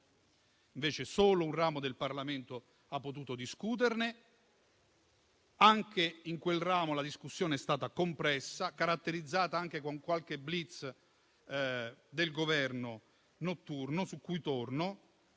Invece, solo un ramo del Parlamento ha potuto discuterne; anche in quel ramo la discussione è stata compressa, caratterizzata anche da qualche *blitz* notturno del Governo